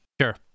Sure